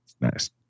Nice